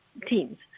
teams